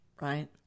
right